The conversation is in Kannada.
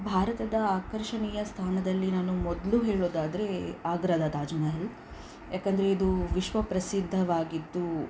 ಭಾರತದ ಆಕರ್ಷಣೀಯ ಸ್ಥಾನದಲ್ಲಿ ನಾನು ಮೊದಲು ಹೇಳೋದಾದರೆ ಆಗ್ರಾದ ತಾಜ್ ಮೆಹೆಲ್ ಏಕಂದ್ರೆ ಇದು ವಿಶ್ವ ಪ್ರಸಿದ್ಧವಾಗಿದ್ದು